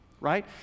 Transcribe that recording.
right